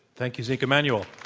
thank you, zeke emanuel.